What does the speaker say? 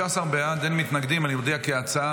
15 בעד, אין מתנגדים, אני מודיע כי ההצעה